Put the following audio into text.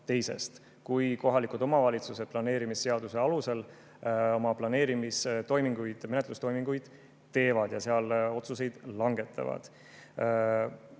kui kohalikud omavalitsused planeerimisseaduse alusel oma planeerimistoiminguid ja menetlustoiminguid teevad ja otsuseid langetavad.